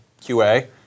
QA